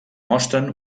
mostren